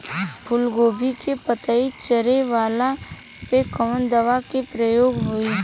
फूलगोभी के पतई चारे वाला पे कवन दवा के प्रयोग होई?